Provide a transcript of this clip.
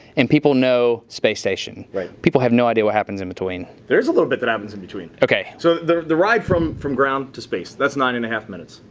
and people know space station. people have no idea what happens in between a little bit that happens in between. ok so the the ride from from ground to space, that's nine and a half minutes,